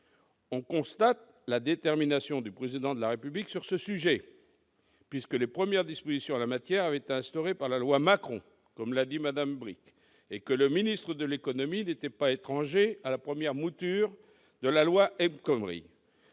On constate la détermination du Président de la République sur ce sujet : les premières dispositions en la matière avaient été instaurées par la loi Macron, comme l'a dit Mme Bricq, et celui qui était alors ministre de l'économie n'était pas étranger à la première mouture de la loi El Khomri.